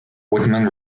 woodman